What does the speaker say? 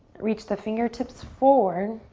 reach the fingertips forward,